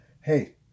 hey